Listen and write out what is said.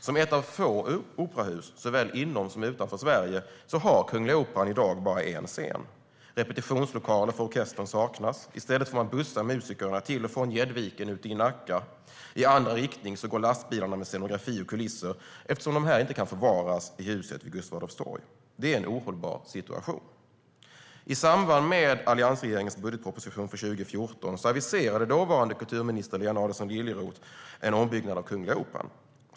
Som ett av få operahus såväl inom som utanför Sverige har Kungliga Operan i dag bara en scen. Repetitionslokaler för orkestern saknas. I stället får man bussa musikerna till och från Gäddviken i Nacka. I andra riktningen går lastbilarna med scenografi och kulisser, eftersom de inte kan förvaras i huset vid Gustav Adolfs torg. Det är en ohållbar situation. I samband med alliansregeringens budgetproposition för 2014 aviserade dåvarande kulturministern Lena Adelsohn Liljeroth en ombyggnad av Kungliga Operan.